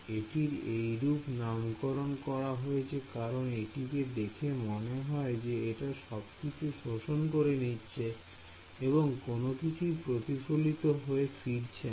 এটির এইরূপ নামকরণ করা হয়েছে কারণ এটাকে দেখে মনে হয় যে এটা সবকিছু শোষণ করে নিচ্ছে এবং কোন কিছুই প্রতিফলিত হয়ে ফিরছে না